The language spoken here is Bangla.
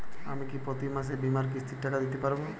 আমি কি প্রতি মাসে বীমার কিস্তির টাকা দিতে পারবো?